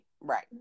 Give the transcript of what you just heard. Right